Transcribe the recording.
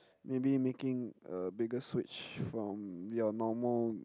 maybe making a bigger switch from your normal